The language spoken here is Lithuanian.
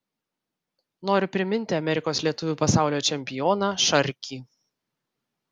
noriu priminti amerikos lietuvį pasaulio čempioną šarkį